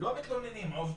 לא מתלוננים, עובדים,